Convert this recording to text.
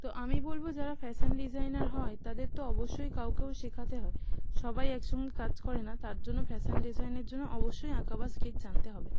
তো আমি বলবো যারা ফ্যাশান ডিজাইনার হয় তাদের তো অবশ্যই কাউকেও শেখাতে হয় সবাই একসঙ্গে কাজ করে না তার জন্য ফ্যাশান ডিজাইনের জন্য অবশ্যই আঁকা বা স্কেচ জানতে হবে